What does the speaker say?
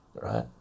right